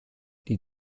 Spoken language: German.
die